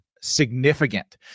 significant